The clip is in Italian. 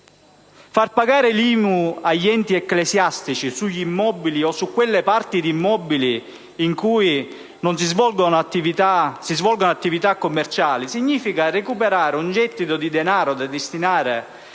Far pagare l'IMU agli enti ecclesiastici sugli immobili o su quelle parti di immobili in cui si svolgono attività commerciali significa recuperare risorse da destinare